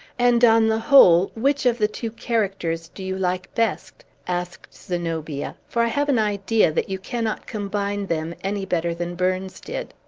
and on the whole, which of the two characters do you like best? asked zenobia. for i have an idea that you cannot combine them any better than burns did.